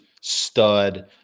stud